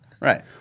Right